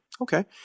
Okay